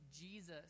Jesus